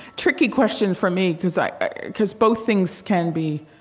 tricky question for me, because i because both things can be